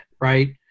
right